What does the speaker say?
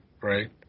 right